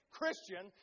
Christian